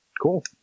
Cool